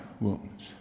wounds